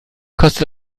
kostet